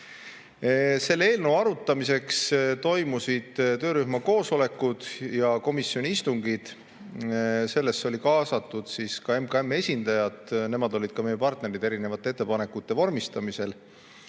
Selle eelnõu arutamiseks toimusid töörühma koosolekud ja komisjoni istungid. Sellesse olid kaasatud MKM-i esindajad, nemad olid ka meie partnerid erinevate ettepanekute vormistamisel.